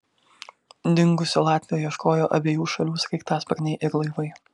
dingusio latvio ieškojo abiejų šalių sraigtasparniai ir laivai